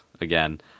again